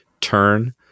turn